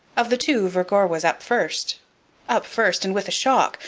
of the two vergor was up first up first, and with a shock,